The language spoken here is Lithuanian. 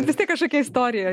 vis tiek kažkokia istorija